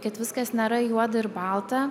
kad viskas nėra juoda ir balta